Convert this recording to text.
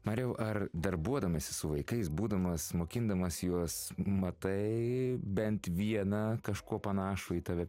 mariau ar darbuodamasis su vaikais būdamas mokindamas juos matai bent vieną kažkuo panašų į tave